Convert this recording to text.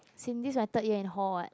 since this my third year in hall [what]